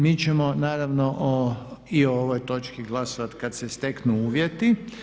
Mi ćemo naravno i o ovoj točci glasovati kad se steknu uvjeti.